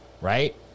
Right